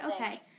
okay